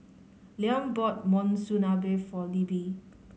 Liam bought Monsunabe for Libby